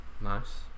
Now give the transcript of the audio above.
nice